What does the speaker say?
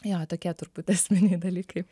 jo tokie turbūt esminiai dalykai